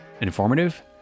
informative